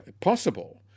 possible